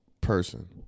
person